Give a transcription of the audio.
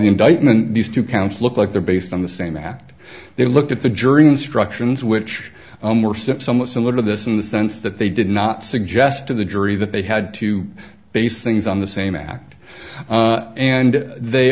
indictment these two counts look like they're based on the same act they looked at the jury instructions which were steps somewhat similar to this in the sense that they did not suggest to the jury that they had to base things on the same act and they